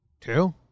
Two